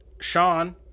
Sean